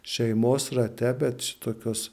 šeimos ratebet šitokios